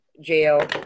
jail